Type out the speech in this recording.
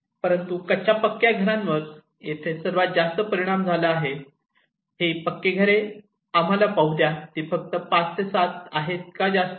परंतु कच्चा पक्क्या घरांवर येथे सर्वात जास्त परिणाम झाला आहे पक्के घरे आम्हाला पाहू द्या ती फक्त 5 ते 7 ठीक आहे